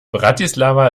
bratislava